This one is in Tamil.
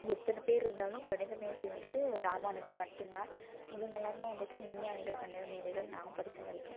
எத்தனைப் பேர் இருந்தாலும் கணிதமேதை வந்துட்டு ராமானுஜம் மட்டும்தான் இவர்களாம் தான் வந்துட்டு விஞ்ஞானிகள் கணிதமேதைகள் நான் படித்தவரைக்கும்